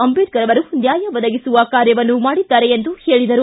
ಅಂಬೇಡ್ಕರ್ ಅವರು ನ್ಯಾಯ ಒದಗಿಸುವ ಕಾರ್ಯವನ್ನು ಮಾಡಿದ್ದಾರೆ ಎಂದು ಹೇಳಿದರು